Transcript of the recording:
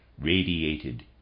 radiated